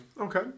okay